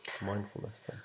mindfulness